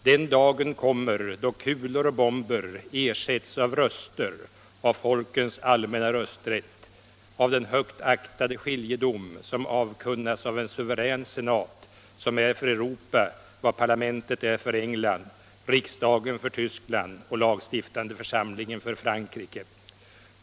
Den dagen kommer då kulor och bomber ersätts av röster, av folkens allmänna rösträtt, av den högt aktade skiljedom som avkunnas av en suverän senat som är för Europa vad parlamentet är för England, riksdagen för Tyskland och lagstiftande församlingen för Frankrike.